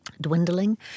dwindling